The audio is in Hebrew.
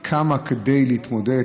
היא קמה כדי להתמודד,